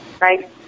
right